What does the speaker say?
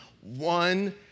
one